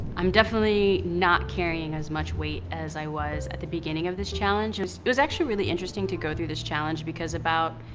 i'm definitely not carrying as much weight as i was at the beginning of this challenge. it was actually really interesting to go through this challenge, because about,